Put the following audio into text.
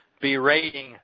berating